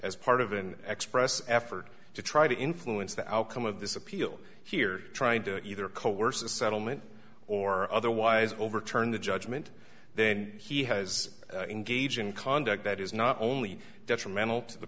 as part of an espresso effort to try to influence the outcome of this appeal here trying to either coerce a settlement or otherwise overturn the judgment then he has engaged in conduct that is not only detrimental to the